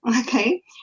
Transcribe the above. Okay